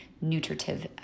nutritive